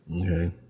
Okay